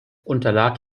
unterlag